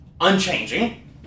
unchanging